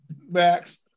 Max